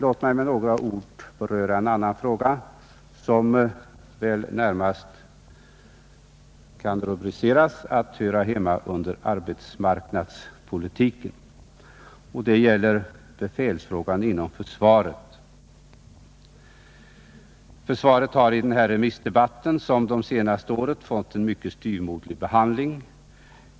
Låt mig med några ord beröra en annan fråga, som väl närmast kan rubriceras som en arbetsmarknadsfråga. Det gäller befälssituationen inom försvaret. Försvaret har i den här remissdebatten liksom de senaste åren fått en mycket styvmoderlig behandling.